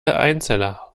einzeller